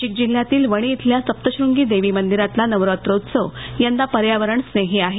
नाशिक जिल्ह्यातील वणी खेल्या सप्तशंगी देवी मंदिरातला नवरात्रोत्सव यंदा पर्यावरण स्नेही आहे